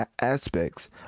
aspects